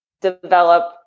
develop